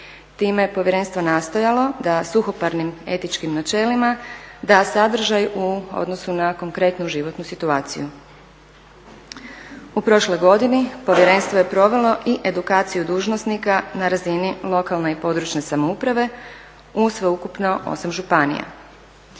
Time je povjerenstvo nastojalo da suhoparnim etičkim načelima da sadržaj u odnosu na konkretnu životnu situaciju. U prošloj godini povjerenstvo je provelo i edukaciju dužnosnika na razini lokalne i područne samouprave u sveukupno 8 županije.